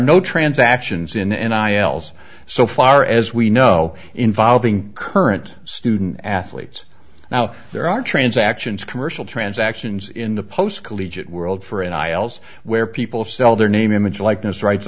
no transactions in and i l's so far as we know involving current student athletes now there are transactions commercial transactions in the post collegiate world for an aisles where people sell their name image likeness rights